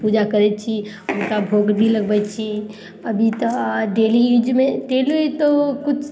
पूजा करय छी हुनका भोग भी लगबय छी अभी तऽ डेली यूजमे डेली तऽ किछु